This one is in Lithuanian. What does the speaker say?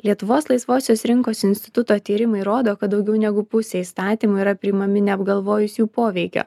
lietuvos laisvosios rinkos instituto tyrimai rodo kad daugiau negu pusė įstatymų yra priimami neapgalvojus jų poveikio